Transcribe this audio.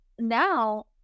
Now